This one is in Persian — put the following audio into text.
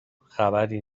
خبری